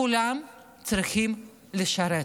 כולם צריכים לשרת.